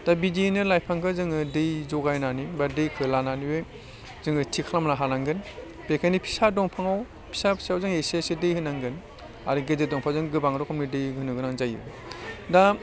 दा बिदियैनो लाइफांखौ जोङो दै जगायनानै बा दैखौ लानानैबो जोङो थि खालामनो हानांगोन बेखायनो फिसा दंफाङाव फिसा फिसायाव जों एसे एसे दै होनांगोन आरो गेदेर दंफाङाव जों गोबां रोखोमनि दै होनो गोनां जायो दा